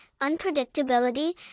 unpredictability